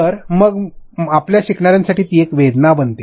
तर मग आपल्या शिकणाऱ्यांसाठी ती एक वेदना बनते